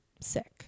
Sick